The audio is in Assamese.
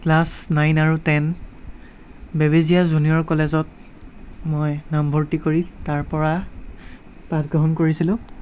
ক্লাছ নাইন আৰু টেন বেবেজিয়া জুনিয়ৰ কলেজত মই নামভৰ্তি কৰি তাৰপৰা পাঠ গ্ৰহণ কৰিছিলোঁ